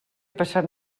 passat